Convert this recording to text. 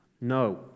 No